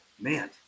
man